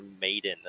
maiden